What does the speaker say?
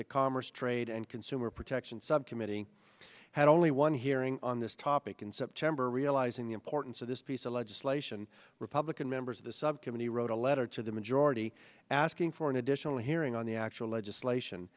the commerce trade and consumer protection subcommittee had only one hearing on this topic in september realizing the importance of this piece of legislation republican members of the subcommittee wrote a letter to the majority asking for an additional hearing on the actual legislation